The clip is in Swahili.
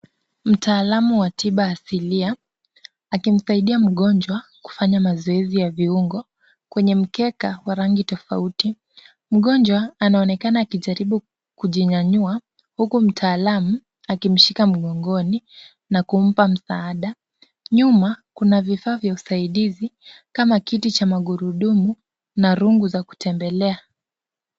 Mtaalamu wa tiba asilia akimsaidia mgonjwa kufanya mazoezi ya viungo kwenye mkeka wa rangi tofauti. Mgonjwa anaonekana akijaribu kujinyanyua huku mtaalamu akimshika mgongoni na kumpa msaada. Nyuma kuna vifaa vya usaidizi kama kiti cha magurudumu na rungu za kutembelea.